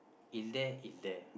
is there it's there